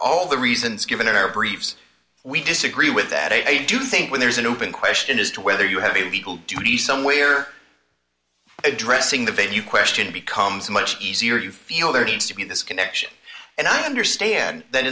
all the reasons given in our briefs we disagree with that i do think when there's an open question as to whether you have equal duty somewhere addressing the venue question becomes much easier if you feel there needs to be this connection and i understand that